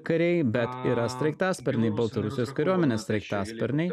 kariai bet yra sraigtasparniai baltarusijos kariuomenės sraigtasparniai